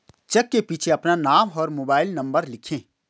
check के पीछे अपना नाम और मोबाइल नंबर लिखें